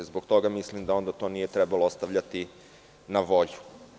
Zbog toga mislim da to nije trebalo ostavljati na volju.